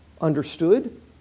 understood